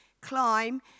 climb